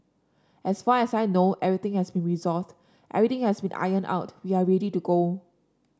as far as I know everything has been resolved everything has been ironed out we are ready to go